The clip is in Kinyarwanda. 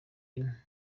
ine